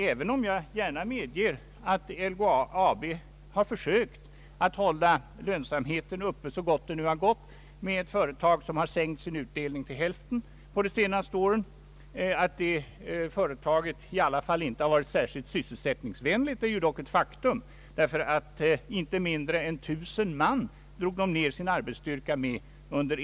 Även om jag gärna medger att LKAB har försökt upprätthålla lönsamheten så gott det har varit möjligt i ett företag som har sänkt sin utdelning till hälften på de senaste åren, är det dock ett faktum att LKAB i varje fall inte varit — särskilt sysselsättningsvänligt. LKAB minskade arbetsstyrkan under ett enda år med inte mindre än 1 000 man.